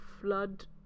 flood